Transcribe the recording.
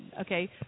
okay